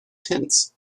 tents